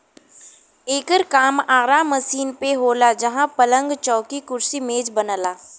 एकर काम आरा मशीन पे होला जहां पलंग, चौकी, कुर्सी मेज बनला